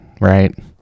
right